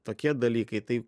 tokie dalykai tai